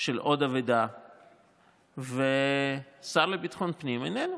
של עוד אבדה, והשר לביטחון פנים איננו,